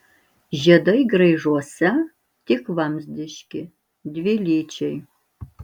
žiedai graižuose tik vamzdiški dvilyčiai